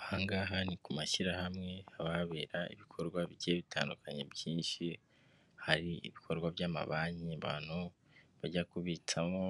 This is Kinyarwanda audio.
Aha ngaha ni ku mashyirahamwe haba habera ibikorwa bigiye bitandukanye byinshi, hari ibikorwa by'amabanki abantu bajya kubitsamo,